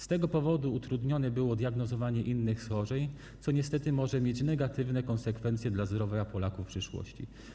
Z tego powodu utrudnione było diagnozowanie innych schorzeń, co niestety może mieć negatywne konsekwencje dla zdrowia Polaków w przyszłości.